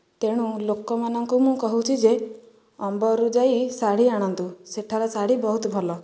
ତେଣୁ ଲୋକମାନଙ୍କୁ ମୁଁ କହୁଛି ଯେ ଅମ୍ବରରୁ ଯାଇ ଶାଢୀ ଆଣନ୍ତୁ ସେଠାରେ ଶାଢୀ ବହୁତ ଭଲ